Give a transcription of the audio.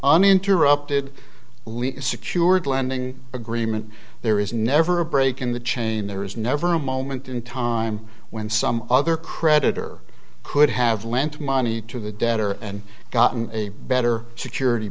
uninterrupted secured lending agreement there is never a break in the chain there is never a moment in time when some other creditor could have lent money to the debtor and gotten a better security